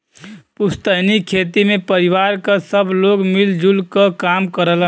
पुस्तैनी खेती में परिवार क सब लोग मिल जुल क काम करलन